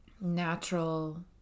natural